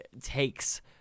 takes